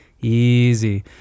easy